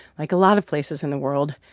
like a lot of places in the world,